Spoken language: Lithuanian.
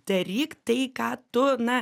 daryk tai ką tu na